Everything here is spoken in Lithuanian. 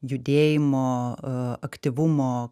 judėjimo aktyvumo